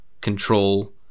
control